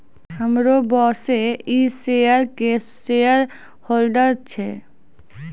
हमरो बॉसे इ शेयर के शेयरहोल्डर छै